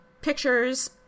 pictures